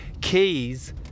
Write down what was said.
keys